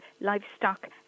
livestock